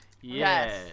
Yes